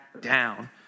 down